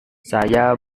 saya